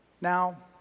Now